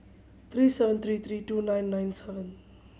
three seven three three two nine nine seven